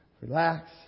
Relax